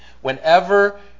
whenever